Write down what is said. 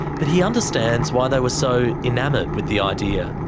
but he understands why they were so enamoured with the idea.